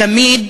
תמיד